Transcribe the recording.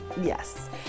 Yes